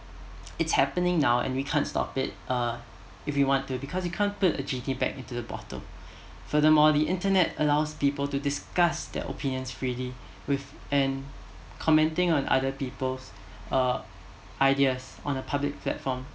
it's happening now and we can't stop it uh if we want to because you can't put a genie back into the bottle furthermore the internet allows people to discuss their opinions freely with and commenting on other people's uh ideas on a public platform